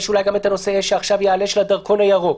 יש אולי גם את הנושא שעכשיו יעלה של הדרכון הירוק.